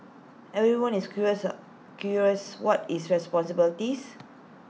everyone is curious curious what his responsibilities